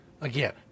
again